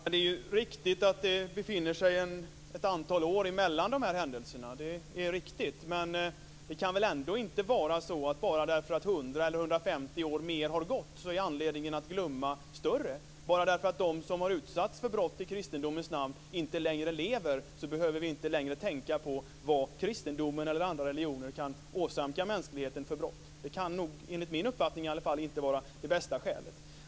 Fru talman! Det är riktigt att det är ett antal år emellan dessa händelser. Men bara därför att 100 eller 150 år mer har gått kan väl inte anledningen att glömma vara större. Det kan väl inte vara så att vi inte längre behöver tänka på vad kristendomen eller andra religioner kan åsamka mänskligheten för brott bara därför att de som har utsatts för brott i kristendomens namn inte längre lever. Det kan enligt min uppfattning inte vara det bästa skälet.